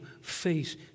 face